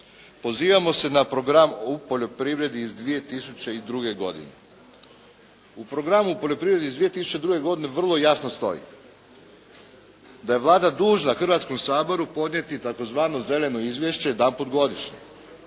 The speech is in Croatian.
Pozivamo se na Program o poljoprivredi iz 2002. godine. U Programu o poljoprivredi iz 2002. godine vrlo jasno stoji da je Vlada dužna Hrvatskom saboru podnijeti tzv. zeleno izvješće jedanput godišnje.